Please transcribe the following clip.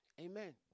Amen